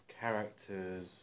characters